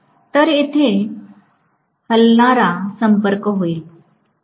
तर तेथे हलणारा संपर्क होईल